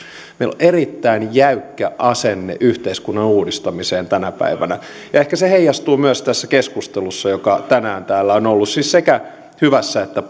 meillä on erittäin jäykkä asenne yhteiskunnan uudistamiseen tänä päivänä ehkä se heijastuu myös tässä keskustelussa joka tänään täällä on ollut siis sekä hyvässä että